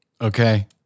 Okay